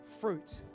fruit